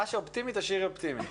מה שאופטימי, תשאירי אופטימי.